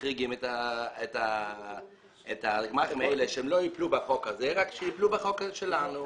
מחריגים את הגמ"חים האלה שהם לא ייפלו בחוק הזה אלא שייפלו בחוק שלנו.